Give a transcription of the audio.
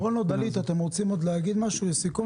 דורון או דלית, אתם רוצים לומר משהו לסיכום?